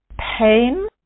pain